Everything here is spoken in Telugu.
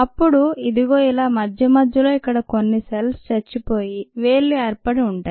అప్పుడు ఇదుగో ఇలా మధ్యమధ్యలో ఇక్కడి సెల్స్ చచ్చిపోయి వేళ్ళు ఏర్పడి ఉంటాయి